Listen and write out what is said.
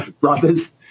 brothers